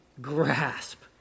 grasp